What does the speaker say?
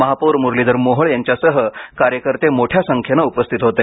महापौर मुरलीधर मोहोळ यांच्यासह कार्यकर्ते मोठ्या संख्येने उपस्थित होते